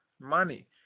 money